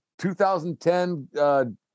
2010